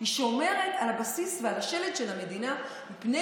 שומרת על הבסיס ועל השלד של המדינה מפני